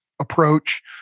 approach